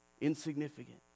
Insignificant